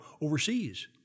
overseas